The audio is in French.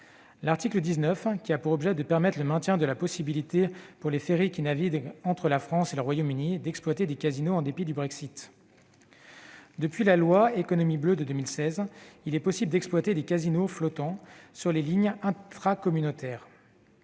l'article 19 a pour objet de permettre le maintien de la possibilité pour les ferries qui naviguent entre la France et le Royaume-Uni d'exploiter des casinos en dépit du Brexit. Depuis la loi pour l'économie bleue de 2016, il est possible d'exploiter des casinos flottants sur les lignes intracommunautaires.